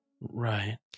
Right